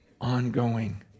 ongoing